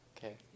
Okay